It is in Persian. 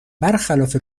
برخلاف